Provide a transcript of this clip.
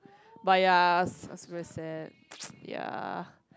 but ya s~ I was very sad ya